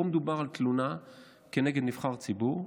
פה מדובר על תלונה כנגד נבחר ציבור,